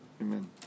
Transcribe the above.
Amen